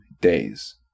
days